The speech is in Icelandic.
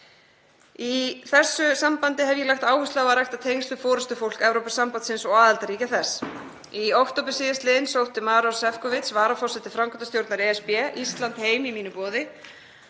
Í þessu sambandi hef ég lagt áherslu á að rækta tengsl við forystufólk Evrópusambandsins og aðildarríkja þess. Í október síðastliðnum sótti Maros Sefcovic, varaforseti framkvæmdastjórnar ESB, Ísland heim í mínu boði.